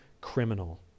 criminal